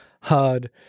hard